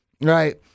right